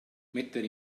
mettere